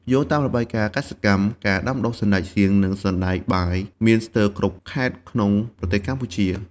យោងតាមរបាយការណ៍កសិកម្ម ការដាំដុះសណ្ដែកសៀង និងសណ្ដែកបាយមានស្ទើរគ្រប់ខេត្តក្នុងប្រទេសកម្ពុជា។